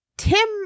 Tim